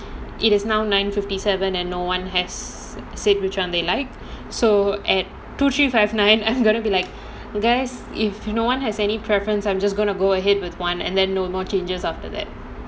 it is now nine fifty seven and no one has said which one they like so at two three five nine I'm gonna be like guys if no one has any preference I'm just going to go ahead with one and then no more changes after that